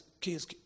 kids